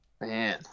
Man